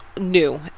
new